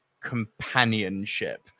companionship